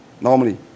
normally